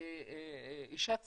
לאישה צעירה.